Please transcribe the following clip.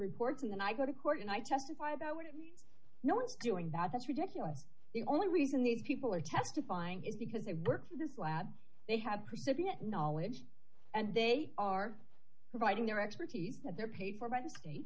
reports and then i go to court and i testify about what it means no one's doing that that's ridiculous the only reason these people are testifying is because they work in this lab they had percipient knowledge and they are providing their expertise that they're paid for by the state